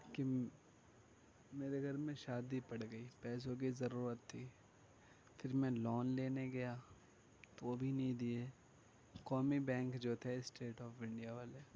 کہ میرے گھر میں شادی پڑ گئی پیسوں کی ضرورت تھی پھر میں لون لینے گیا تو وہ بھی نہیں دئے قومی بینگ جو تھے اسٹیٹ آف انڈیا والے